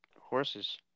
horses